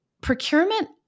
procurement